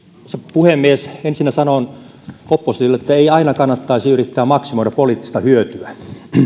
puhemies ensinnä sanon oppositiolle että ei aina kannattaisi yrittää maksimoida poliittista hyötyä